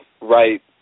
right